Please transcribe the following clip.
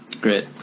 Great